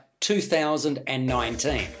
2019